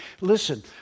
Listen